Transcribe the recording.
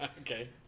Okay